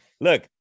look